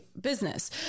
business